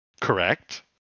correct